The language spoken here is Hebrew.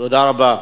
תודה רבה.